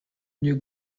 you